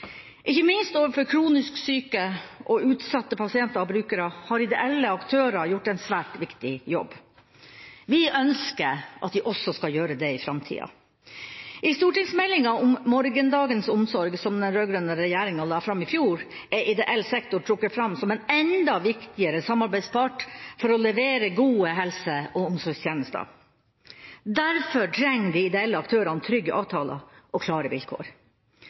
ikke andre klarte å levere. Ikke minst overfor kronisk syke og utsatte pasienter og brukere har ideelle aktører gjort en svært viktig jobb. Vi ønsker at de også skal gjøre det i framtida. I stortingsmeldinga om Morgendagens omsorg, som den rød-grønne regjeringa la fram i fjor, er ideell sektor trukket fram som en enda viktigere samarbeidspart for å levere gode helse- og omsorgstjenester. Derfor trenger de ideelle aktørene trygge avtaler og klare vilkår.